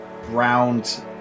Round